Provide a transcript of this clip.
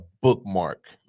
bookmark